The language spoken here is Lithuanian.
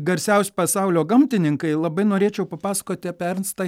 garsiausi pasaulio gamtininkai labai norėčiau papasakoti apie ernstą